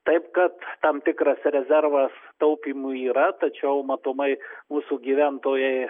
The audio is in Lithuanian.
taip kad tam tikras rezervas taupymui yra tačiau matomai mūsų gyventojai